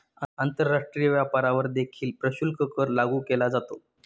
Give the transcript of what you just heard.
आंतरराष्ट्रीय व्यापारावर देखील प्रशुल्क कर लागू केला जातो